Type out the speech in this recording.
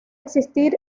existir